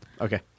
Okay